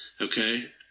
okay